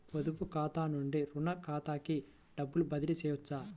పొదుపు ఖాతా నుండీ, రుణ ఖాతాకి డబ్బు బదిలీ చేయవచ్చా?